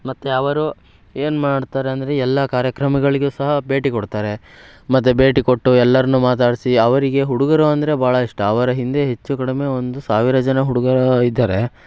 ಮತ್ತು ಅವರು ಏನು ಮಾಡ್ತಾರೆ ಅಂದರೆ ಎಲ್ಲ ಕಾರ್ಯಕ್ರಮಗಳಿಗೂ ಸಹ ಭೇಟಿ ಕೊಡ್ತಾರೆ ಮತ್ತು ಭೇಟಿ ಕೊಟ್ಟು ಎಲ್ಲರ್ನೂ ಮಾತಾಡಿಸಿ ಅವರಿಗೆ ಹುಡುಗರು ಅಂದರೆ ಭಾಳ ಇಷ್ಟ ಅವರ ಹಿಂದೆ ಹೆಚ್ಚು ಕಡಿಮೆ ಒಂದು ಸಾವಿರ ಜನ ಹುಡುಗರು ಇದ್ದಾರೆ